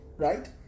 Right